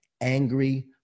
angry